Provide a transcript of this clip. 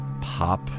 pop